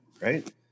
right